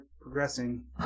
progressing